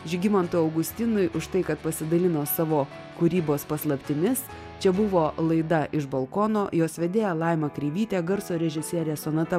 žygimantui augustinui už tai kad pasidalino savo kūrybos paslaptimis čia buvo laida iš balkono jos vedėja laima kreivytė garso režisierė sonata